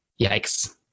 yikes